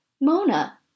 Mona